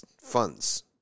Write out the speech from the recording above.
funds